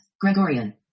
Gregorian